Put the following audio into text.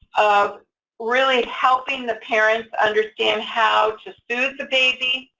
of really helping the parents understand how to soothe the baby,